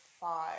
five